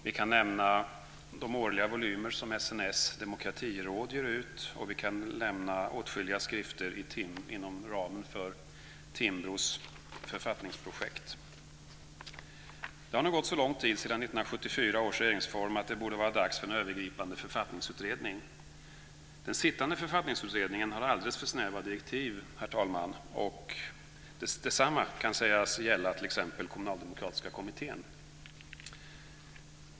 Jag kan också nämna de årliga volymer som SNS demokratiråd ger ut och åtskilliga skrifter inom ramen för Timbros författningsprojekt. Det har nu gått så lång tid sedan 1974 års regeringsform att det borde vara dags för en övergripande författningsutredning. Den sittande författningsutredningen har alldeles för snäva direktiv, och detsamma kan sägas gälla t.ex. Kommunaldemokratiska kommittén.